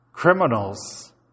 criminals